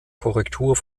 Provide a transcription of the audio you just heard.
korrektur